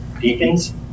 Deacons